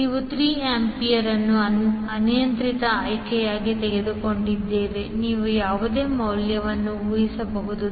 ನೀವು 3 ಆಂಪಿಯರ್ ಅನ್ನು ಅನಿಯಂತ್ರಿತ ಆಯ್ಕೆಯಾಗಿ ತೆಗೆದುಕೊಂಡಿದ್ದೇವೆ ನೀವು ಯಾವುದೇ ಮೌಲ್ಯವನ್ನು ಊಹಿಸಬಹುದು